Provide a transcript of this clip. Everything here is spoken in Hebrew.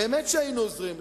באמת שהיינו עוזרים לך.